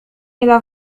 إلى